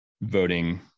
voting